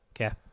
Okay